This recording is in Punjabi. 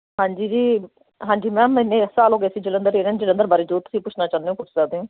ਹਾਂਜੀ ਜੀ ਹਾਂਜੀ ਮੈਮ ਮੈਨੇ ਛੇ ਸਾਲ ਹੋ ਗਿਆ ਸੀ ਜਲੰਧਰ ਇਹਨਾਂ ਜਲੰਧਰ ਬਾਰੇ ਜੋ ਤੁਸੀਂ ਪੁੱਛਣਾ ਚਾਹੁੰਦੇ ਹੋ ਪੁੱਛ ਸਕਦੇ ਹੋ